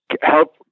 Help